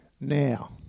now